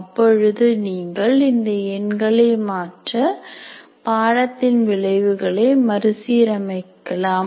அப்பொழுது நீங்கள் இந்த எண்களை மாற்ற பாடத்தின் விளைவுகளை மறுசீரமைக்க லாம்